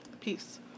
peace